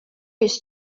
ist